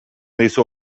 dizu